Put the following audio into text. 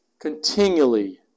continually